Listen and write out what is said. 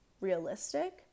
realistic